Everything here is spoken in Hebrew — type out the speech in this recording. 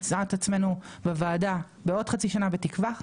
נמצא את עצמנו בוועדה בעוד חצי שנה בתקווה,